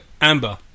Amber